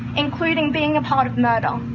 including being a part of murder! um